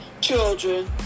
children